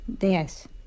Yes